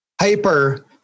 hyper